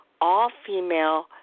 all-female